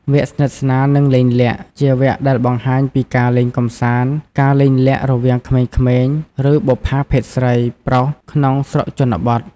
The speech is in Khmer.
វគ្គស្និទ្ធស្នាល និងលេងលាក់ជាវគ្គដែលបង្ហាញពីការលេងកំសាន្ត ការលេងលាក់រវាងក្មេងៗ ឬបុប្ផាភេទស្រី-ប្រុស ក្នុងស្រុកជនបទ។